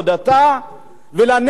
ולהניח את מסקנותיה.